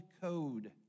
code